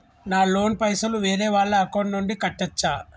నా లోన్ పైసలు వేరే వాళ్ల అకౌంట్ నుండి కట్టచ్చా?